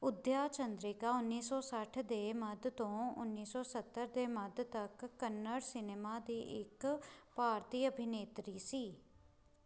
ਉਦਯਾ ਚੰਦਰਿਕਾ ਉੱਨੀ ਸੌ ਸੱਠ ਦੇ ਮੱਧ ਤੋਂ ਉੱਨੀ ਸੌ ਸੱਤਰ ਦੇ ਮੱਧ ਤੱਕ ਕੰਨੜ ਸਿਨੇਮਾ ਦੀ ਇੱਕ ਭਾਰਤੀ ਅਭਿਨੇਤਰੀ ਸੀ